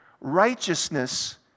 Righteousness